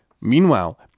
Meanwhile